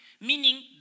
Meaning